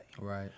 right